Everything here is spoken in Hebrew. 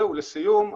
לסיום,